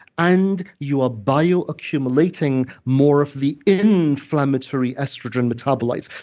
and you are bio-accumulating more of the inflammatory estrogen metabolites.